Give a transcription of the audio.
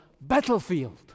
battlefield